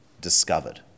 discovered